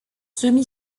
semi